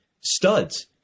studs